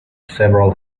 several